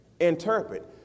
Interpret